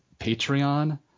Patreon